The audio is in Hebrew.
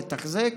לתחזק,